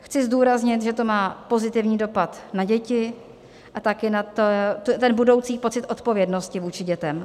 Chci zdůraznit, že to má pozitivní dopad na děti a také na budoucí pocit odpovědnosti vůči dětem.